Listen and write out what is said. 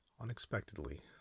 Unexpectedly